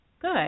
Good